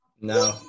No